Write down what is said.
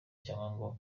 cyangwa